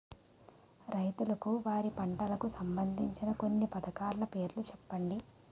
రైతులకు వారి పంటలకు సంబందించిన కొన్ని పథకాల పేర్లు చెప్పండి?